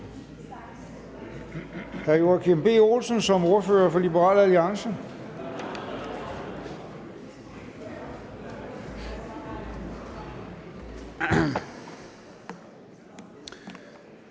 Hr. Joachim B. Olsen som ordfører for Liberal Alliance.